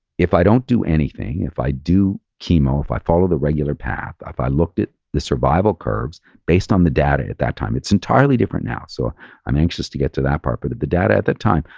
if i don't do anything, if i do chemo, if i follow the regular path, if i looked at the survival curves based on the data at that time. it's entirely different now. so i'm anxious to get to that part. but if the data at that time,